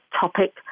topic